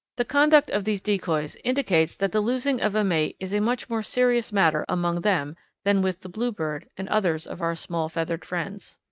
the conduct of these decoys indicates that the losing of a mate is a much more serious matter among them than with the bluebird and others of our small feathered friends.